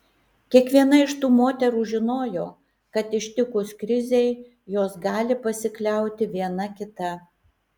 kiekviena iš tų moterų žinojo kad ištikus krizei jos gali pasikliauti viena kita